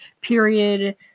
period